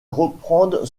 reprendre